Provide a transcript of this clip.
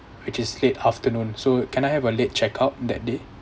which is late afternoon so can I have a late check out that day